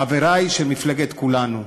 חברי ממפלגת כולנו,